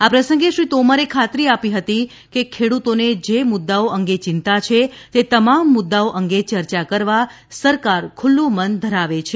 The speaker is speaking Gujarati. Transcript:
આ પ્રસંગે શ્રી તોમરે ખાતરી આપી હતી કે ખેડૂતોને જે મુદ્દાઓ અંગે ચિંતા છે તે તમામ મુદ્દાઓ અંગે ચર્ચા કરવા સરકાર ખુલ્લુ મન ધરાવે છે